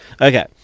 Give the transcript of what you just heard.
Okay